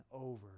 over